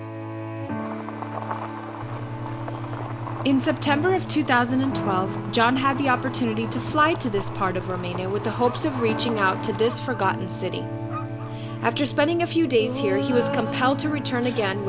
was in september of two thousand and twelve john had the opportunity to fly to this part of romania with the hopes of reaching out to this forgotten city after spending a few days here he was compelled to return again